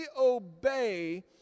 obey